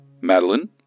Madeline